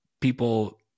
people